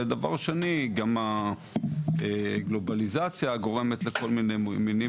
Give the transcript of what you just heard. הדבר השני הוא שגם הגלובליזציה גורמת לכל מיני מינים